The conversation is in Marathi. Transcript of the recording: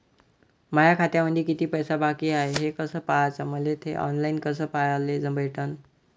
माया खात्यामंधी किती पैसा बाकी हाय कस पाह्याच, मले थे ऑनलाईन कस पाह्याले भेटन?